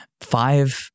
five